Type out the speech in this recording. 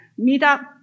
meetup